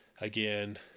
again